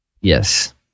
Yes